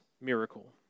miracle